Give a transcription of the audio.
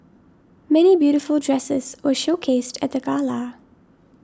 many beautiful dresses were showcased at the gala